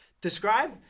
Describe